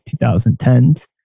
2010s